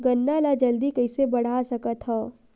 गन्ना ल जल्दी कइसे बढ़ा सकत हव?